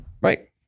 Right